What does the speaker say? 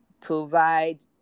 provide